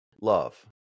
love